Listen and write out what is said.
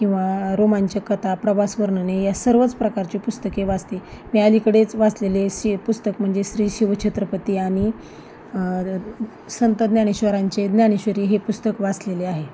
किंवा रोमांचक कथा प्रवास वर्णने या सर्वच प्रकारचे पुस्तके वाचते मी अलीकडेच वाचलेले शी पुस्तक म्हणजे श्री शिवछत्रपती आणि संत ज्ञानेश्वरांचे ज्ञानेश्वरी हे पुस्तक वाचलेले आहे